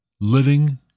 living